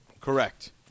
Correct